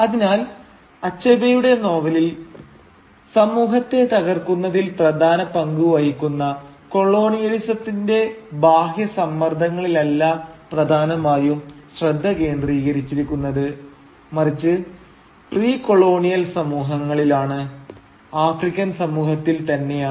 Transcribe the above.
അതിനാൽ അച്ചബേയുടെ നോവലിൽ സമൂഹത്തെ തകർക്കുന്നതിൽ പ്രധാന പങ്കുവഹിക്കുന്ന കൊളോണിയലിസത്തിന്റെ ബാഹ്യ സമ്മർദ്ദങ്ങളിലല്ല പ്രധാനമായും ശ്രദ്ധ കേന്ദ്രീകരിച്ചിരിക്കുന്നത് മറിച്ച് പ്രീ കൊളോണിയൽ സമൂഹങ്ങളിലാണ് ആഫ്രിക്കൻ സമൂഹത്തിൽ തന്നെയാണ്